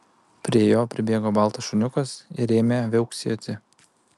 prie jo pribėgo baltas šuniukas ir ėmė viauksėti